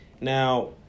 Now